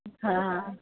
हा